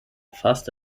fast